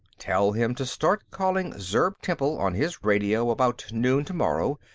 tell him to start calling zurb temple on his radio about noon tomorrow,